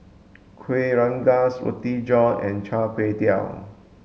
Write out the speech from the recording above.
Kueh Rengas Roti John and Char Kway Teow